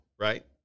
Right